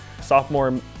Sophomore